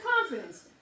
confidence